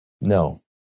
No